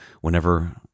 whenever